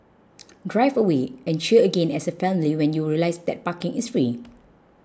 drive away and cheer again as a family when you realise that parking is free